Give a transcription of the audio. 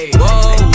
whoa